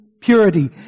purity